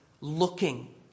looking